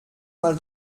mal